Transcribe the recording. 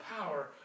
power